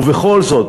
ובכל זאת,